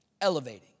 Elevating